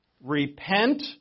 Repent